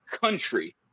country